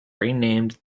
renamed